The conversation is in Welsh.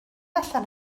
allan